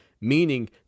meaning